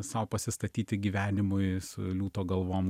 sau pasistatyti gyvenimui su liūto galvom